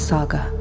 Saga